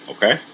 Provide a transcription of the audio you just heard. Okay